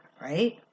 right